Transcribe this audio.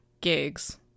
gigs